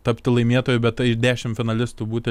tapti laimėtoju bet tai iš dešimt finalistų būti